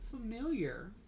familiar